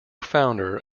founder